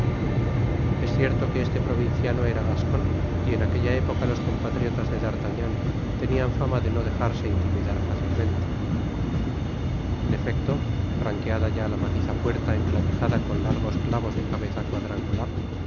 es cierto que este provinciano era gascon y en aquella época los compatriotas de d'artagnan tenian fama de no dejarse intimidar fácilmente en efecto franqueada ya la maciza puerta enclavijada con largos clavos de cabeza cuadrangular